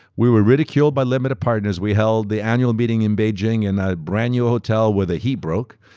we were ridiculed by limited partners. we held the annual meeting in beijing in a brand new hotel where the heat broke.